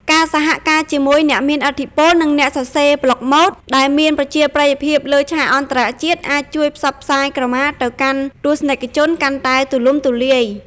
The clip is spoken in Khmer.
ការសហការជាមួយ អ្នកមានឥទ្ធិពល និងអ្នកសរសេរប្លុកម៉ូដ ដែលមានប្រជាប្រិយភាពលើឆាកអន្តរជាតិ អាចជួយផ្សព្វផ្សាយក្រមាទៅកាន់ទស្សនិកជនកាន់តែទូលំទូលាយ។